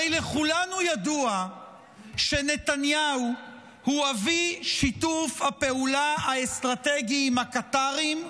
הרי לכולנו ידוע שנתניהו הוא אבי שיתוף הפעולה האסטרטגי עם הקטרים,